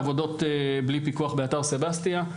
עבודות בלי פיקוח באתר סבסטיה,